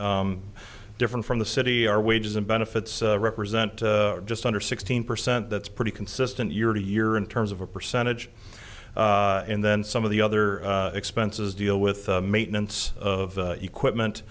different from the city our wages and benefits represent just under sixteen percent that's pretty consistent year to year in terms of a percentage and then some of the other expenses deal with maintenance of equipment